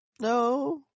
No